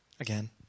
Again